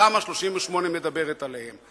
שתמ"א 38 מדברת עליהם.